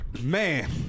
Man